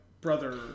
brother